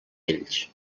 ells